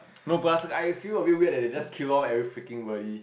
but plus I feel a bit weird that they just kill off every freaking body